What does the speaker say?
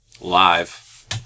live